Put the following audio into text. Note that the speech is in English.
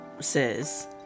says